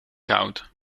goud